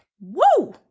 Woo